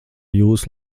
jūsu